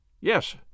Yes